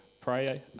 pray